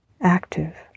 active